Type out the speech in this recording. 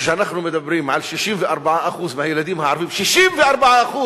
כשאנחנו מדברים על 64% מהילדים הערבים, 64%,